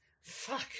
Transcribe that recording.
Fuck